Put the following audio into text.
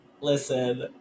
Listen